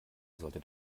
sollte